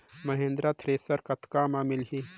Mahindra thresher कतका म मिलही?